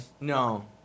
No